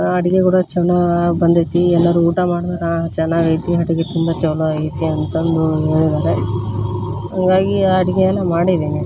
ಅಡುಗೆ ಕೂಡ ಚೆನ್ನಾಗಿ ಬಂದೈತಿ ಎಲ್ಲರೂ ಊಟ ಮಾಡಿದವ್ರು ಹಾಂ ಚೆನ್ನಾಗೈತಿ ಅಡುಗೆ ತುಂಬ ಛಲೋ ಐತಿ ಅಂತಂದು ಹೇಳಿದಾರೆ ಇವಾಗ ಈ ಅಡುಗೆ ಎಲ್ಲ ಮಾಡಿದ್ದೀನಿ